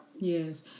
Yes